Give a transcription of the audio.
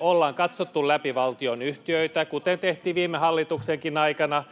Ollaan katsottu läpi valtionyhtiöitä, kuten tehtiin viime hallituksenkin aikana,